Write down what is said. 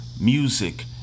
music